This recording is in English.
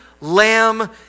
lamb